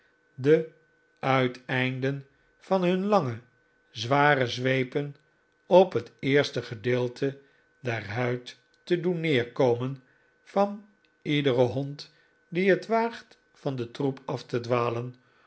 de uiteinden van hun lange zware zweepen op het teerste gedeelte der huid te doen neerkomen van iederen hond die het waagt van den troep af te dwalen